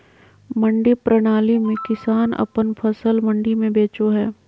मंडी प्रणाली में किसान अपन फसल मंडी में बेचो हय